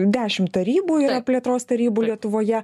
dešimt tarybų yra plėtros tarybų lietuvoje